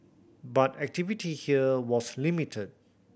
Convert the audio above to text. but activity here was limited